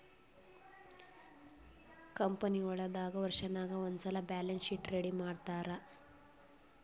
ಕಂಪನಿಗೊಳ್ ದಾಗ್ ವರ್ಷನಾಗ್ ಒಂದ್ಸಲ್ಲಿ ಬ್ಯಾಲೆನ್ಸ್ ಶೀಟ್ ರೆಡಿ ಮಾಡ್ತಾರ್